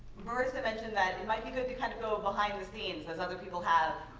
marissa mentioned that it might be good to kind of go behind the scenes, as other people have,